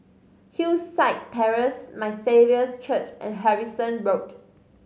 Hillside Terrace My Saviour's Church and Harrison Road